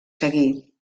seguí